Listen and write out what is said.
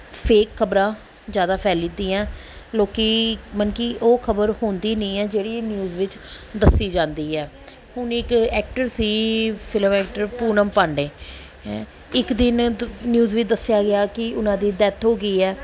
fake ਖਬਰਾਂ ਜ਼ਿਆਦਾ ਫੈਲਦੀਆਂ ਲੋਕ ਮਲ ਕਿ ਉਹ ਖਬਰ ਹੁੰਦੀ ਨਹੀਂ ਹੈ ਜਿਹੜੀ ਨਿਊਜ਼ ਵਿੱਚ ਦੱਸੀ ਜਾਂਦੀ ਹੈ ਹੁਣ ਇੱਕ ਐਕਟਰ ਸੀ ਫਿਲਮ ਐਕਟਰ ਪੂਨਮ ਪਾਂਡੇ ਹੈਂ ਇੱਕ ਦਿਨ ਦ ਨਿਊਜ਼ ਵਿੱਚ ਦੱਸਿਆ ਗਿਆ ਕਿ ਉਹਨਾਂ ਦੀ ਡੈਥ ਹੋ ਗਈ ਹੈ